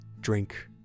drink